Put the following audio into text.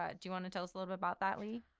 ah do you want to tell us a little about that leigh?